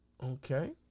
Okay